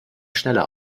schneller